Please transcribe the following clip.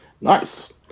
nice